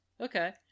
Okay